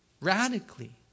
Radically